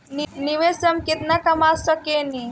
निवेश से हम केतना कमा सकेनी?